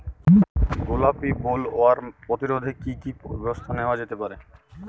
গোলাপী বোলওয়ার্ম প্রতিরোধে কী কী ব্যবস্থা নেওয়া হয়?